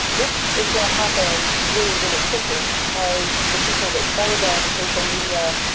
this is gonna happen really really quickly because the people that sell them social media